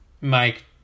Mike